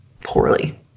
poorly